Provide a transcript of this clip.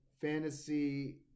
fantasy